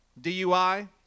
DUI